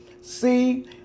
See